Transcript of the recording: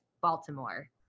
baltimore